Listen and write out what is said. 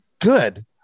good